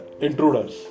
intruders